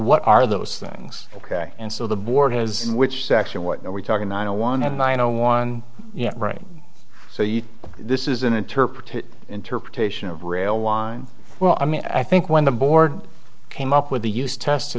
what are those things ok and so the board has which section what are we talking nine zero one zero nine zero one yeah right so yes this is an interpretive interpretation of rail line well i mean i think when the board came up with the use test to